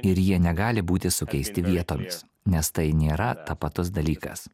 ir jie negali būti sukeisti vietomis nes tai nėra tapatus dalykas